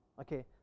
Okay